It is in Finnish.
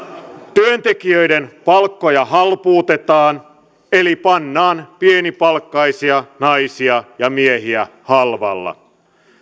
työntekijöiden palkkoja halpuutetaan eli pannaan pienipalkkaisia naisia ja miehiä halvalla